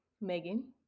Megan